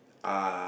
uh